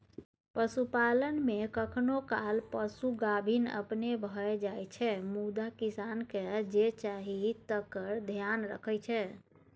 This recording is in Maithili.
पशुपालन मे कखनो काल पशु गाभिन अपने भए जाइ छै मुदा किसानकेँ जे चाही तकर धेआन रखै छै